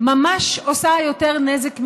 ממש עושה יותר נזק מתועלת.